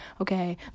okay